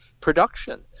production